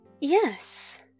Yes